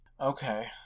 okay